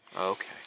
Okay